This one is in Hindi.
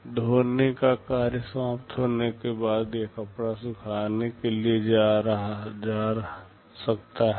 धोने का कार्य समाप्त होने के बाद यह कपड़ा सूखने के लिए जा सकता है